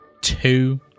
two